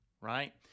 right